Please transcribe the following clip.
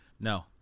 No